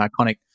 iconic